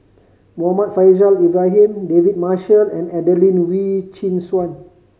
Muhammad Faishal Ibrahim David Marshall and Adelene Wee Chin Suan